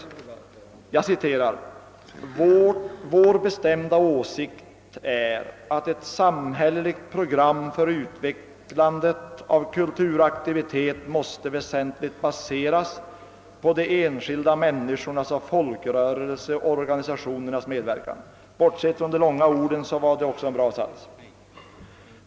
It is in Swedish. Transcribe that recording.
Längre fram i motionen heter det: »Vår bestämda åsikt att ett samhälleligt program för utvecklandet av kulturaktivitet måste väsentligt baseras på de enskilda människornas och = folkrörelseorganisationernas medverkan underströks även i våra fjolårsmotioner i ämnet.» Bortsett från de långa orden var också det en bra sats.